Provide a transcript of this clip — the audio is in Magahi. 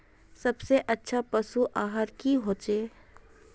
सबसे अच्छा पशु आहार की होचए?